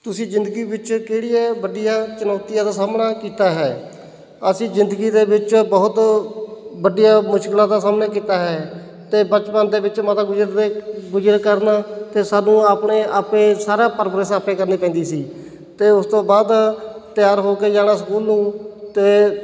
ਤੁਸੀਂ ਜ਼ਿੰਦਗੀ ਵਿੱਚ ਕਿਹੜੀਆਂ ਵੱਡੀਆਂ ਚੁਣੌਤੀਆਂ ਦਾ ਸਾਹਮਣਾ ਕੀਤਾ ਹੈ ਅਸੀਂ ਜ਼ਿੰਦਗੀ ਦੇ ਵਿੱਚ ਬਹੁਤ ਵੱਡੀਆਂ ਮੁਸ਼ਕਲਾਂ ਦਾ ਸਾਹਮਣਾ ਕੀਤਾ ਹੈ ਅਤੇ ਬਚਪਨ ਦੇ ਵਿੱਚ ਮਾਤਾ ਗੁਜ਼ਰ ਦੇ ਗੁਜ਼ਰ ਕਾਰਨ ਅਤੇ ਸਾਨੂੰ ਆਪਣੇ ਆਪ ਸਾਰਾ ਪਰਵਰਿਸ਼ ਆਪ ਕਰਨੀ ਪੈਂਦੀ ਸੀ ਅਤੇ ਉਸ ਤੋਂ ਬਾਅਦ ਤਿਆਰ ਹੋ ਕੇ ਜਾਣਾ ਸਕੂਲ ਨੂੰ ਅਤੇ